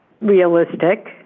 realistic